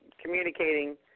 Communicating